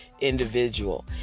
individual